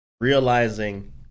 realizing